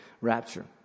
rapture